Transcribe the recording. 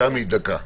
דקה,